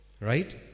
Right